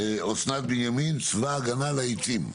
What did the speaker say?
אסנת בנימין, צבא הגנה לעצים.